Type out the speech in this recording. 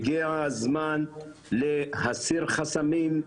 הגיע הזמן להסיר חסמים,